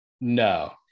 No